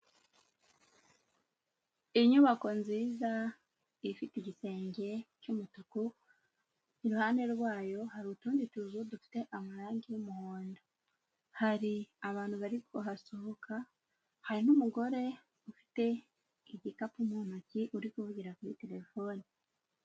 Inyubako nziza ifite igisenge cy'umutuku, iruhande rwayo hari utundi tuzu dufite amarangi y'umuhondo, hari abantu bari kuhasohoka, hari n'umugore ufite igikapu mu ntoki uri kuvurira kuri telefone.